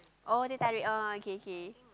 oh teh-tarik oh okay okay